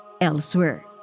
elsewhere